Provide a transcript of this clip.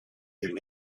him